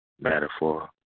metaphor